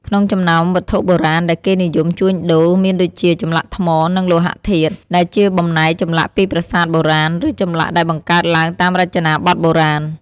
ក្នុងចំណោមវត្ថុបុរាណដែលគេនិយមជួញដូរ មានដូចជា ចម្លាក់ថ្ម និងលោហៈធាតុ ដែលជាបំណែកចម្លាក់ពីប្រាសាទបុរាណ ឬចម្លាក់ដែលបង្កើតឡើងតាមរចនាបថបុរាណ។